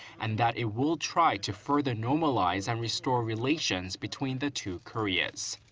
and that it will try to further normalize and restore relations between the two koreas.